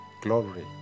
Glory